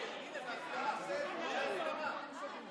תעשה שמית.